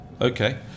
Okay